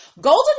Golden